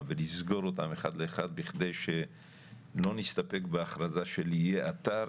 ולסגור אותם אחד לאחד בכדי שלא נסתפק בהכרזה של יהיה אתר,